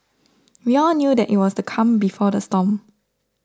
we all knew that it was the calm before the storm